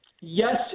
Yes